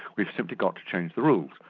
we've simply got to change the rules.